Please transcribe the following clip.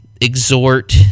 exhort